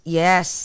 yes